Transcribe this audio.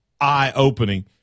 eye-opening